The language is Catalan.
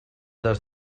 des